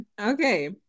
okay